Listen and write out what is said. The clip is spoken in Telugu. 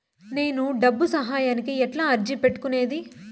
నేను డబ్బు సహాయానికి ఎట్లా అర్జీ పెట్టుకునేది?